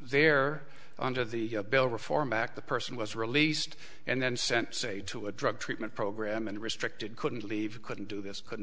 they're under the bill reform act the person was released and then sent say to a drug treatment program and restricted couldn't leave couldn't do this couldn't